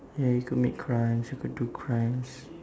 ya you could make crimes you could do crimes